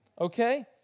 Okay